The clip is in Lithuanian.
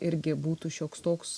irgi būtų šioks toks